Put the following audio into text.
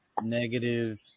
Negative